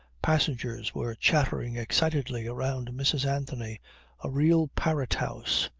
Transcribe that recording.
passengers, were chattering excitedly around mrs. anthony a real parrot house.